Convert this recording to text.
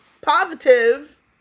positive